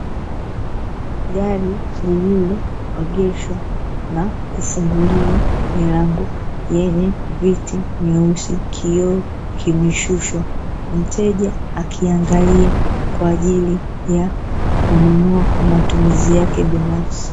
Gari lililoegeshwa na kufunguliwa milango, lenye viti vyeusi, kioo kimeshushwa, mteja akiangalia kwa ajili ya kununua kwa matumizi yake binafsi.